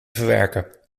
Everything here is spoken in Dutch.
verwerken